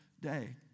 day